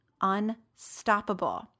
unstoppable